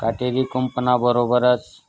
काटेरी कुंपणाबरोबरच